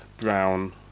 brown